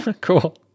Cool